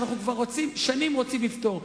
שאנחנו כבר שנים רוצים לפתור.